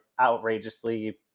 outrageously